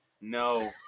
No